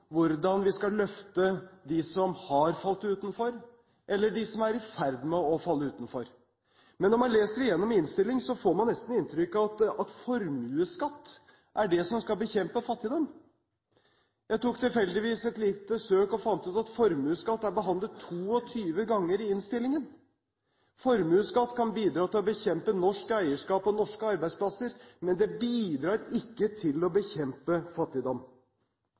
hvordan vi skal løfte dem som har falt utenfor, eller dem som er i ferd med å falle utenfor. Men når man leser gjennom innstillingen, får man nesten inntrykk av at formuesskatt er det som skal bekjempe fattigdom. Jeg tok tilfeldigvis et lite søk og fant ut at formuesskatt er behandlet 22 ganger i innstillingen. Formuesskatt kan bidra til å bekjempe norsk eierskap og norske arbeidsplasser, men det bidrar ikke til å bekjempe fattigdom.